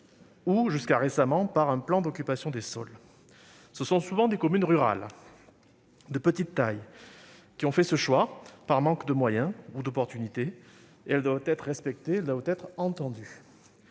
ou, jusqu'à récemment, par un plan d'occupation des sols (POS). Il s'agit souvent de communes rurales de petite taille, qui ont fait ce choix par manque de moyens ou d'opportunités. Elles doivent être respectées et entendues.